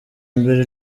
mbere